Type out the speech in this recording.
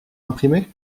imprimer